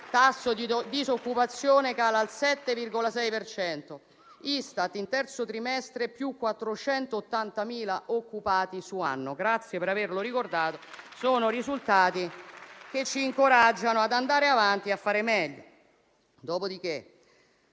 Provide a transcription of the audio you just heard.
tasso di disoccupazione cala al 7,6 per cento»; «Istat, nel terzo trimestre + 480.000 occupati su anno». Grazie per averlo ricordato, sono risultati che ci incoraggiano ad andare avanti e a fare meglio.